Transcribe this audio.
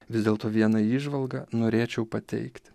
vis dėlto vieną įžvalgą norėčiau pateikti